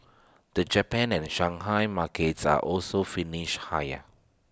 the Japan and Shanghai markets are also finished higher